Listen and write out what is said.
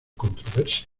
controversia